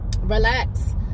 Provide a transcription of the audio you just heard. Relax